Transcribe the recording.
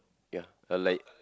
ya but like